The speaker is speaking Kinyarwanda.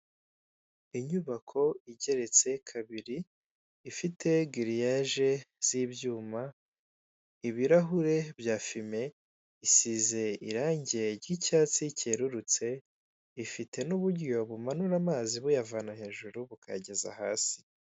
Inyubako igeretse kabiri, ifite giriyaje z'ibyuma, ibirahure bya fime, isize irange ry'icyatsi cyererutse, ifite n'uburyo bumanura amazi buyavana hejuru bukayageza hasi.